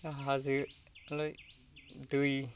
दा हाजोआलाय दै